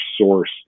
source